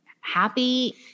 happy